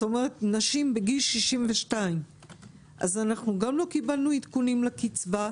זאת אומרת נשים בגיל 62. אז אנחנו גם לא קיבלנו עדכונים לקצבה,